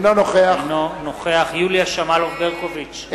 אינו נוכח יוליה שמאלוב-ברקוביץ,